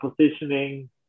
positioning